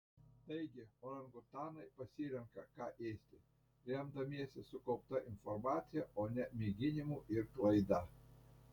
taigi orangutanai pasirenka ką ėsti remdamiesi sukaupta informacija o ne mėginimu ir klaida